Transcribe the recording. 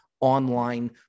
online